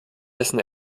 dessen